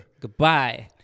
goodbye